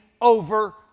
over